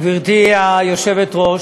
היושבת-ראש,